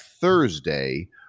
Thursday